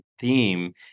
theme